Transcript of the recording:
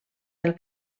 del